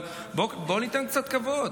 אבל בואו ניתן קצת כבוד,